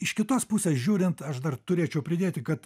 iš kitos pusės žiūrint aš dar turėčiau pridėti kad